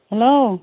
hello